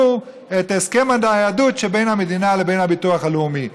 את הסכם הניידות שבין המדינה לבין הביטוח הלאומי.